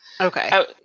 Okay